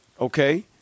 Okay